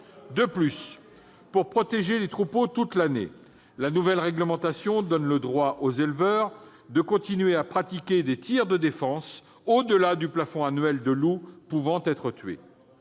De plus, pour protéger les troupeaux toute l'année, la nouvelle réglementation donne le droit aux éleveurs de continuer à pratiquer des tirs de défense au-delà du plafond annuel de loups pouvant être tués.